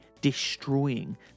destroying